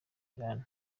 iran